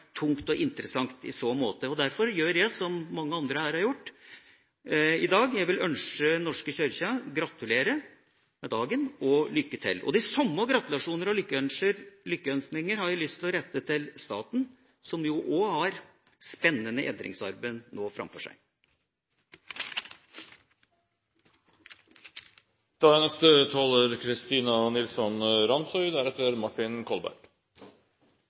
tungt og interessant i så måte. Derfor gjør jeg som mange andre har gjort her i dag: Jeg ønsker Den norske kirke lykke til og vil gratulere med dagen. De samme gratulasjoner og lykkeønskninger har jeg lyst til å rette til staten, som jo også nå har spennende endringsarbeid framfor